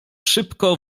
szybko